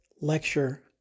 lecture